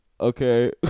Okay